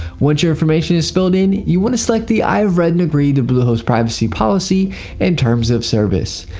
once your information is filled in you want to select the i have read and agreed to bluehost's privacy policy and terms of service.